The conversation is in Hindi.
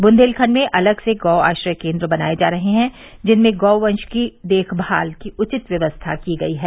बुन्देलखंड में अलग से गौआश्रय केन्द्र बनाये जा रहे हैं जिनमें गौवंश की देखभाल की उचित व्यवस्था की गई है